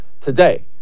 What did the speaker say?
today